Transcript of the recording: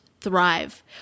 thrive